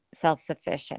self-sufficient